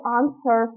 answer